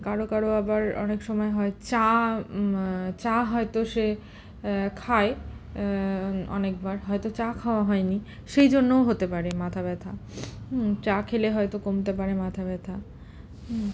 কারো কারো আবার অনেক সময় হয় চা চা হয়তো সে খায় অনেকবার হয়তো চা খাওয়া হয়নি সেই জন্যও হতে পারে মাথা ব্যথা চা খেলে হয়তো কমতে পারে মাথা ব্যথা হুম